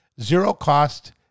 zero-cost